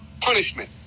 punishment